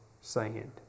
sand